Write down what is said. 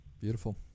Beautiful